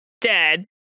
dead